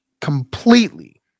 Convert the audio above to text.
completely